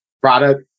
Product